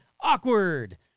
awkward